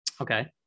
Okay